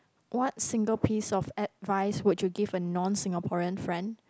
what single piece of advice would you give a non Singaporean friend